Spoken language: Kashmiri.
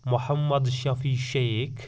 محمد شفیع شیخ